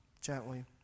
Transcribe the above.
gently